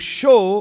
show